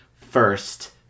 first